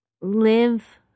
live